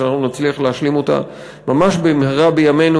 שאנחנו נצליח להשלים אותה ממש במהרה בימינו